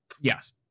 Yes